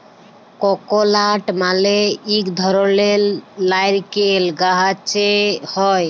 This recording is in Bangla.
ককলাট মালে ইক ধরলের লাইরকেল গাহাচে হ্যয়